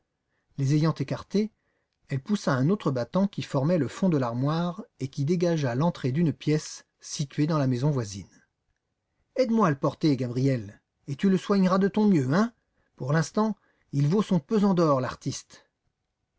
les ayant écartées elle poussa un autre battant qui formait le fond de l'armoire et qui dégagea l'entrée d'une pièce située dans la maison voisine aide-moi à le porter gabriel et tu le soigneras de ton mieux hein pour l'instant il vaut son pesant d'or l'artiste